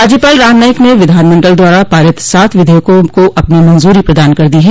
राज्यपाल राम नाईक ने विधानमंडल द्वारा पारित सात विधेयकों को अपनी मंजूरी प्रदान कर दी है